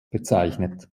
bezeichnet